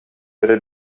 бере